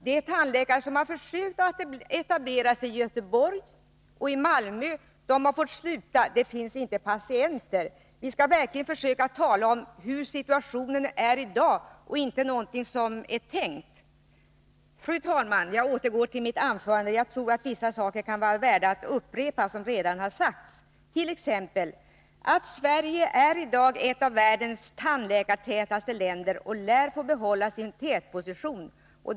De tandläkare som har försökt att etablera sig i Göteborg och i Malmö har fått sluta — det finns inte patienter. Vi skall verkligen försöka att tala om hur situationen är i dag och inte om någonting som är tänkt. Fru talman! Jag vill nu övergå till mitt egentliga anförande. Jag tror att vissa saker som redan har sagts kan vara värda att upprepas. Sverige är i dag ett av världens tandläkartätaste länder, och vi lär få behålla tätpositionen.